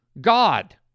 God